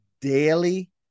Daily